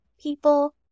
people